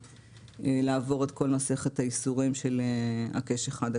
לעבור את כל מסכת הייסורים של הקש 1,